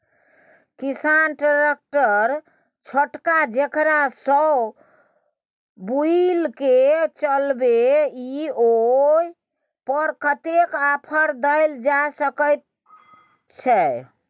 किसान ट्रैक्टर छोटका जेकरा सौ बुईल के चलबे इ ओय पर कतेक ऑफर दैल जा सकेत छै?